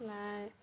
লাই